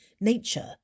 nature